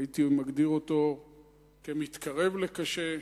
הייתי מגדיר אותו כמתקרב לקשה.